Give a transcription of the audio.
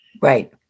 Right